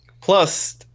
Plus